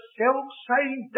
self-same